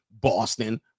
boston